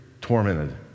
tormented